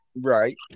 Right